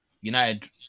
United